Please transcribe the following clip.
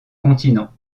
continents